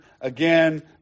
again